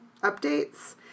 updates